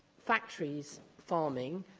factory so farming,